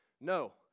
No